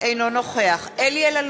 אינו נוכח אלי